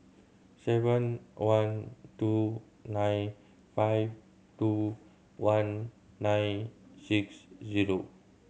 seven one two nine five two one nine six zero